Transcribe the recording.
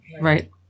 Right